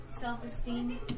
self-esteem